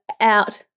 out